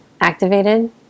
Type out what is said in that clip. activated